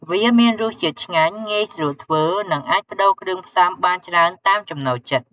វាមានរសជាតិ ឆ្ងាញ់ ងាយស្រួលធ្វើ និងអាចប្ដូរគ្រឿងផ្សំបានច្រើនតាមចំណូលចិត្ត។